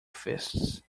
fists